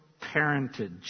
parentage